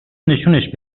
نشونش